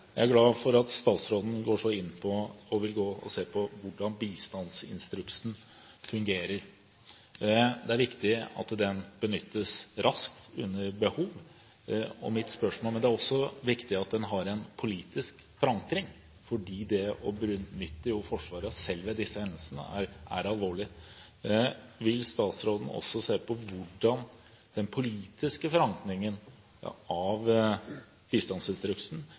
Jeg er glad for at statsråden går inn og vil se på hvordan bistandsinstruksen fungerer. Det er viktig at den benyttes raskt ved behov, men det er også viktig at den har en politisk forankring, for det å benytte Forsvaret, selv ved disse hendelsene, er alvorlig. Vil statsråden også se på den politiske forankringen av bistandsinstruksen,